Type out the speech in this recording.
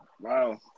Wow